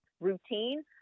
routine